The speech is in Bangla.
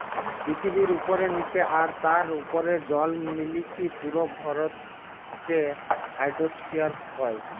পৃথিবীর উপরে, নীচে আর তার উপরের জল মিলিকি পুরো ভরকে হাইড্রোস্ফিয়ার কয়